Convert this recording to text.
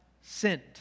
sent